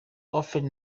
often